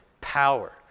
power